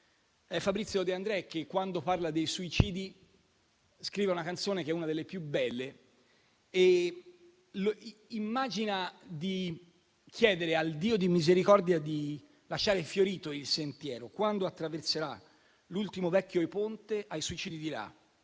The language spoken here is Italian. Fabrizio De Andrè quando parla dei suicidi, scrive una canzone che è una delle più belle, immaginando di chiedere al Dio di misericordia di lasciare fiorito il sentiero «Quando attraverserà l'ultimo vecchio ponte ai suicidi dirà